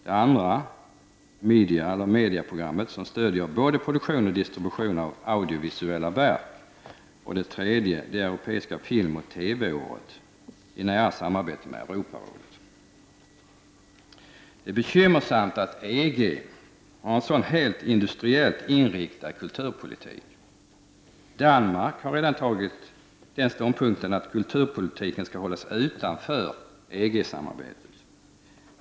Det andra är MEDIA-programmet, som stöder både produktion och distribution av audiovisuella verk. Det tredje är det Europeiska filmoch TV-året i nära samarbete med Europarådet. Det är bekymmersamt att EG har en sådan helt industriellt inriktad kul turpolitik. Danmark har redan intagit ståndpunkten att kulturpolitiken skall hållas utanför EG-samarbetet.